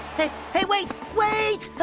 hey, wait! wait!